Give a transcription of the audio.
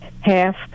half